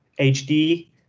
HD